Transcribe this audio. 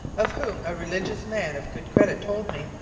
of whom a religious man of good credit told me,